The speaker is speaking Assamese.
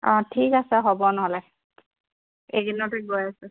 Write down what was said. অঁ ঠিক আছে হ'ব নহ'লে এইকিদিনতে গৈ আছোঁ